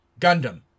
Gundam